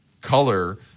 color